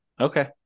Okay